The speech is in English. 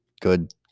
good